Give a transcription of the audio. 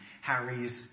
Harry's